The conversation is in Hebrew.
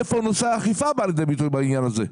איפה נושא האכיפה בא לידי ביטוי בעניין הזה?